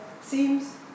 seems